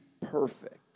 perfect